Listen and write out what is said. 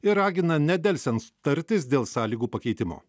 ir ragina nedelsiant tartis dėl sąlygų pakeitimo